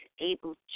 able